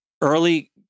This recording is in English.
early